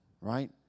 right